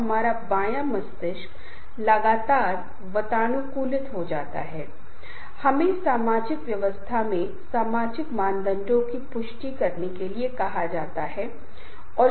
उदाहरण के लिए एक अनौपचारिक समूह बनाने वाले कर्मचारी या तो चर्चा कर सकते हैं कि उत्पादन प्रक्रिया में सुधार कैसे किया जाए या गुणवत्ता को खतरे में डालने वाले शॉर्टकट कैसे बनाए जाएं